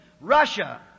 Russia